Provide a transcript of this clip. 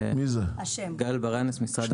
גל ברנס, משרד האוצר.